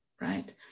right